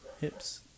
Hips